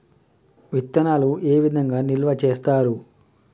విత్తనాలు ఏ విధంగా నిల్వ చేస్తారు?